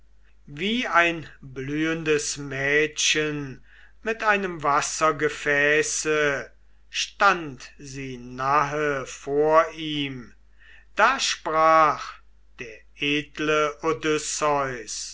wie ein blühendes mädchen mit einem wassergefäße stand sie nahe vor ihm da sprach der edle